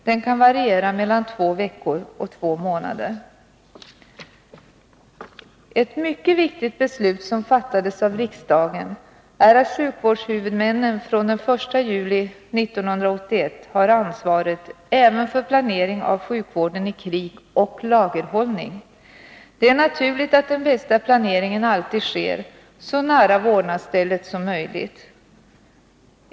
Det kan variera mellan två veckor och två månader. Ett mycket viktigt beslut som fattades av riksdagen är att sjukvårdshuvudmännen från den 1 juli 1981 har ansvaret även för planering av sjukvården i krig och lagerhållning. Det är naturligt att den bästa planeringen alltid sker så nära vårdnadsstället som möjligt.